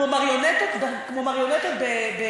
כמו מריונטות בקשירה,